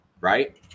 Right